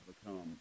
become